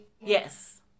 Yes